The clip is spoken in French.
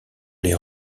les